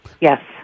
Yes